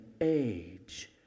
age